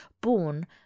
born